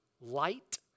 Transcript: light